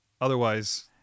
Otherwise